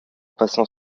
passant